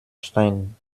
stein